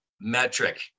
metric